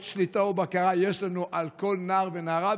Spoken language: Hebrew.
שליטה ובקרה יש לנו על כל נער ונערה,